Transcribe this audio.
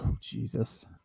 jesus